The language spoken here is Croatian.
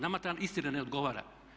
Nama ta istina ne odgovara.